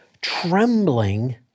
trembling